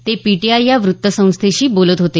ते पीटीआय या व्त्त संस्थेशी बोलत होते